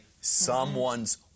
someone's